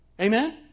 Amen